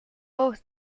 both